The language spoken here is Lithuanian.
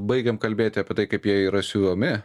baigėm kalbėti apie tai kaip jie yra siuvami